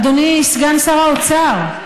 אדוני סגן שר האוצר,